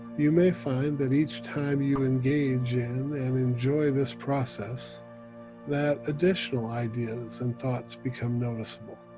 you may find that each time you engage in and enjoy this process that additional ideas and thoughts become noticeable,